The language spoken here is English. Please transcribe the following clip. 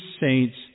saints